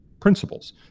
principles